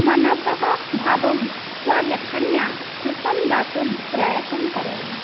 मनसः भावं स्वलेखन्या रूपं दातुं प्रयासं करोमि